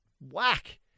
whack